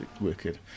wicked